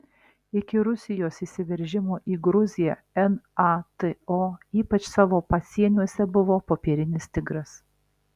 iki rusijos įsiveržimo į gruziją nato ypač savo pasieniuose buvo popierinis tigras